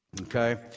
Okay